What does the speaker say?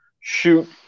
shoot